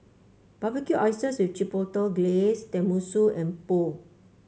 Barbecue Oysters with Chipotle Glaze Tenmusu and Pho